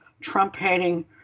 Trump-hating